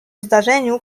zdarzeniu